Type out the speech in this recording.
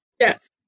Yes